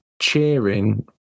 cheering